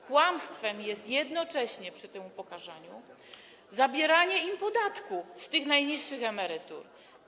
Kłamstwem jest jednocześnie przy tym upokarzaniu pobieranie im podatku od tych najniższych emerytur.